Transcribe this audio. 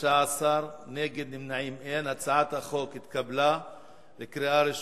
ההצעה להעביר את הצעת חוק לתיקון פקודת התעבורה (מס' 100)